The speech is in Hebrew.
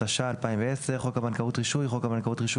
התש"ע 2010; "חוק הבנקאות (רישוי)" חוק הבנקאות (רישוי)